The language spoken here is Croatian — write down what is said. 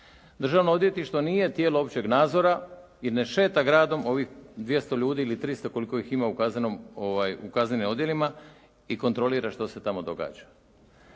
Državno odvjetništvo nije tijelo općeg nadzora jer ne šeta gradom ovih 200 ljudi ili 300 koliko ih ima u kaznenim odjelima i kontrolira što se tamo događa.